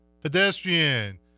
Pedestrian